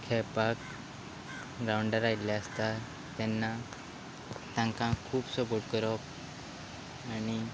खेळपाक ग्रावंडार आयिल्ले आसता तेन्ना तांकां खूब सपोर्ट करप आनी